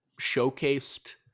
showcased